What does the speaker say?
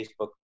Facebook